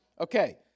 Okay